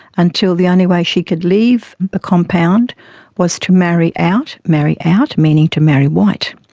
until the only way she could leave the compound was to marry out. marry out meaning to marry white.